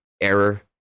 error